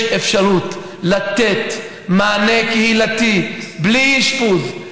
יש אפשרות לתת מענה קהילתי בלי אשפוז,